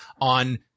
on